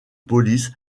police